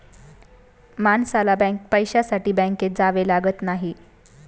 माणसाला पैशासाठी बँकेत जावे लागत नाही